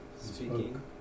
Speaking